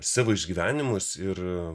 savo išgyvenimus ir